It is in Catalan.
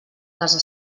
casa